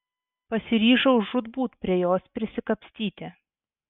pasiryžau žūtbūt prie jos prisikapstyti